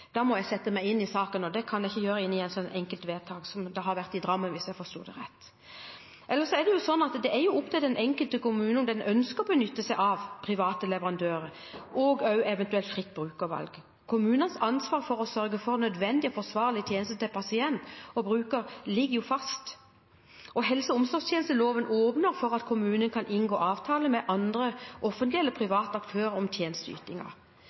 Da må jeg sette meg inn i saken. Og jeg kan ikke gå inn i et enkeltvedtak som er gjort i Drammen, hvis jeg forsto det rett. Ellers er det jo opp til den enkelte kommune om den ønsker å benytte seg av private leverandører – og eventuelt også av fritt brukervalg. Kommunenes ansvar for å sørge for nødvendige og forsvarlige tjenester til pasient og bruker ligger fast. Helse- og omsorgstjenesteloven åpner for at kommunen kan inngå avtaler med andre offentlige eller private aktører om